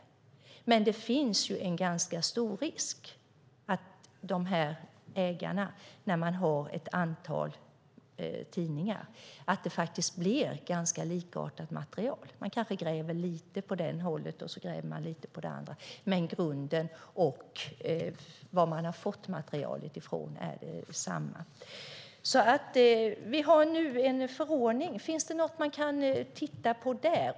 Men det finns en ganska stor risk att det blir likartat material. Man kanske gräver lite på ett håll och lite på ett annat, men grunden och var man har fått materialet ifrån är desamma. Vi har nu en förordning. Finns det något man kan titta på där?